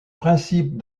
principe